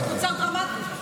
זה קוצר דרמטית.